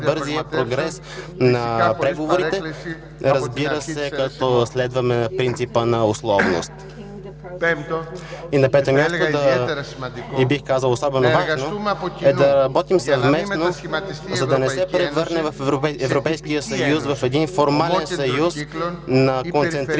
бързия прогрес на преговорите, разбира се, като следваме принципа на условност; - на пето място, бих казал, особено важно е да работим съвместно, за да не се превърне Европейският съюз във формален съюз на концентрични